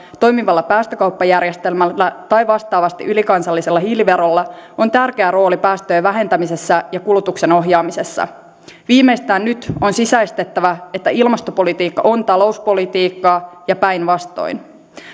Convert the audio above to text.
toimivalla päästökauppajärjestelmällä ja vastaavasti ylikansallisella hiiliverolla on tärkeä rooli päästöjen vähentämisessä ja kulutuksen ohjaamisessa viimeistään nyt on sisäistettävä että ilmastopolitiikka on talouspolitiikkaa ja päinvastoin